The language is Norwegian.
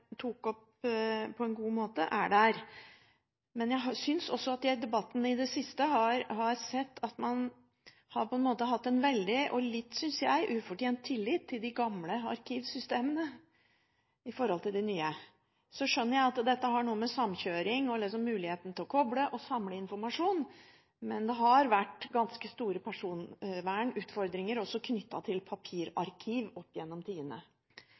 tok opp på en god måte – er der. Men jeg synes også at jeg i debatten i det siste har sett at man på en måte har hatt en veldig – litt ufortjent, synes jeg – tillit til de gamle arkivsystemene i forhold til de nye. Jeg skjønner at dette har noe med samkjøring og muligheten til å koble og samle informasjon å gjøre, men det har opp gjennom tidene også vært ganske store personvernutfordringer knyttet til papirarkiv